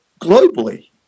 globally